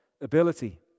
ability